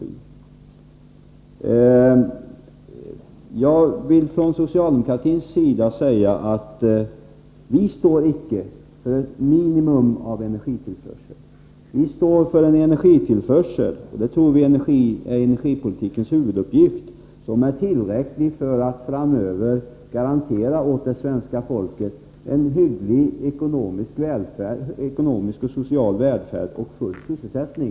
Jag vill från socialdemokratins sida säga att vi icke står för ett minimum av energitillförsel, utan för en energitillförsel som är tillräcklig för att framöver garantera svenska folket en hygglig ekonomisk och social välfärd och full sysselsättning.